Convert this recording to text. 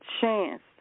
chance